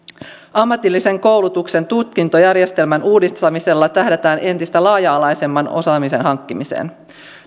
ammatillisen koulutuksen tutkintojärjestelmän uudistamisella tähdätään entistä laaja alaisemman osaamisen hankkimiseen